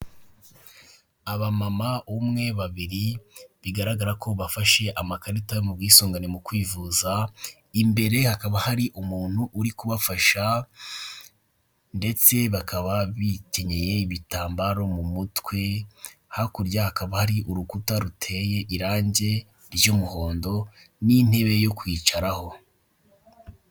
Abamama umwe babiri bigaragara ko bafashe amakarita yo mu bwisungane mu kwivuza imbere, hakaba hari umuntu uri kubafasha, ndetse bakaba bicyenyeye ibitambaro mu mutwe. Hakurya, hakaba hari urukuta ruteye irangi ry’umuhondo n’intebe yo kwicaraho.